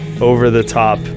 over-the-top